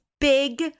big